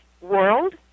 World